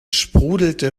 sprudelte